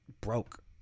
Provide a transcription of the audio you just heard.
broke